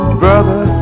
brother